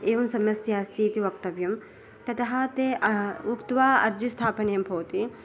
एवं समस्या अस्तीति वक्तव्यं ततः ते उक्त्वा अर्जि स्थापनीयं भवति